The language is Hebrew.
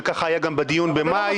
וכך היה גם בדיון במאי.